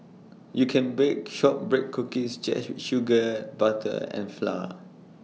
you can bake Shortbread Cookies just with sugar butter and flour